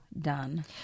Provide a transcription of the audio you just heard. done